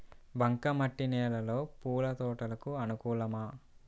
బంక మట్టి నేలలో పూల తోటలకు అనుకూలమా?